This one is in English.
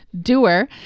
doer